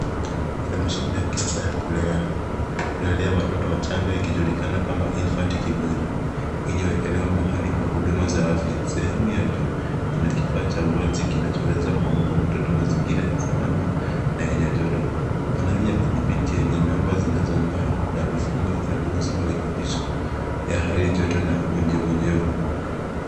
Kuna mashini ya kisasa ya kulelea watoto wachanga ikijulikana kama infant incubaor iliowekewa mahali pa huduma za afya, sehemu ya juu ina kifaa cha uwazi kinacho weza kumpa mtoto mazingira ya salama na enye joto, Paneli ya kutibidi enye namba zinazoangaa na vifungo linalohusu mrekebisho ya hali joto na unyefu nyefu.